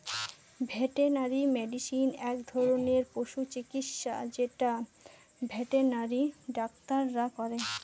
veterinary medicine এক ধরনের পশু চিকিৎসা যেটা ভেটেনারি ডাক্তাররা করে